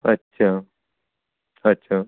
अच्छा अच्छा